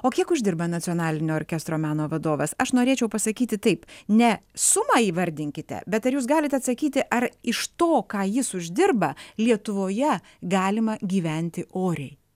o kiek uždirba nacionalinio orkestro meno vadovas aš norėčiau pasakyti taip ne sumą įvardinkite bet ar jūs galit atsakyti ar iš to ką jis uždirba lietuvoje galima gyventi oriai